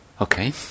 Okay